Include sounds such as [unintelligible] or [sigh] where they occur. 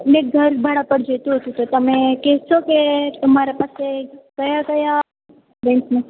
મારે ઘર ભાડા પર જોઈતું હતું તો તમે કહેશો કે તમારી પાસે કયા કયા છે [unintelligible]